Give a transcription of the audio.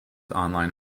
online